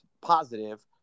positive